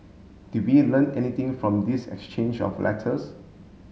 did we learn anything from this exchange of letters